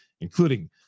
including